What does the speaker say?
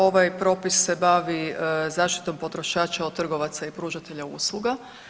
Ovaj propis se bavi zaštitom potrošača od trgovaca i pružatelja usluga.